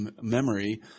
memory –